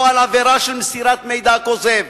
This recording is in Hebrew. או על עבירה של מסירת מידע כוזב.